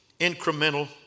incremental